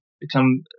become